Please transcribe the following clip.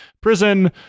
prison